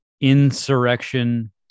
insurrection